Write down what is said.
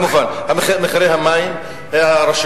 זו לא חובה, זה חלק